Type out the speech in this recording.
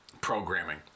programming